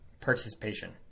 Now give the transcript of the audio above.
participation